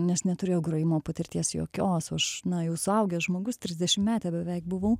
nes neturėjau grojimo patirties jokios aš na jau suaugęs žmogus trisdešimtmetė beveik buvau